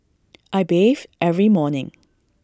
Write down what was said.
I bathe every morning